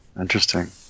interesting